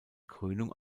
krönung